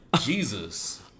Jesus